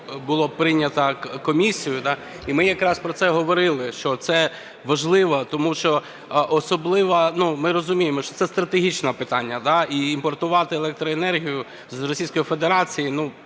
було прийнято комісією, і ми якраз про це говорили, що це важливо, тому що особлива… Ми розуміємо, що це стратегічне питання і імпортувати електроенергію з Російської Федерації